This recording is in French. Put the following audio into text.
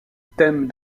thème